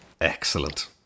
Excellent